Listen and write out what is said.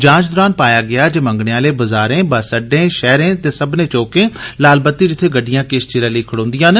जांच दरान पाया गेआ ऐ जे मंगने आले बजारें बस अड्डे शैहरे दे सब्बने चौकें लालबत्ती जित्थें गड्डियां किश चिरै लेई खडोदियां न